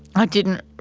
i didn't